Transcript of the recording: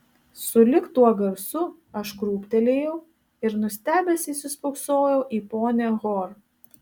sulig tuo garsu aš krūptelėjau ir nustebęs įsispoksojau į ponią hor